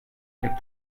app